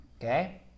Okay